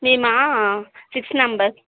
మేము six members